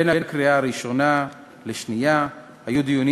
בין הקריאה הראשונה לשנייה היו דיונים